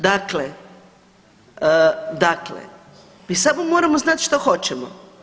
Dakle, dakle, mi samo moramo znati što hoćemo.